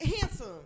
Handsome